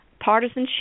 Partisanship